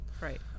Right